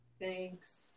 Thanks